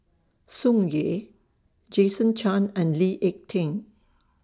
Tsung Yeh Jason Chan and Lee Ek Tieng